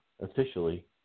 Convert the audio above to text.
officially